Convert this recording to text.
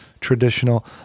traditional